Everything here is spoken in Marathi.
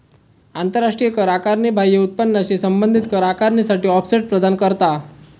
आंतराष्ट्रीय कर आकारणी बाह्य उत्पन्नाशी संबंधित कर आकारणीसाठी ऑफसेट प्रदान करता